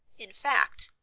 in fact,